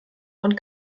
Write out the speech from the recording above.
von